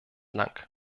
lang